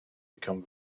become